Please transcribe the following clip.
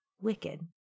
wicked